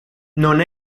non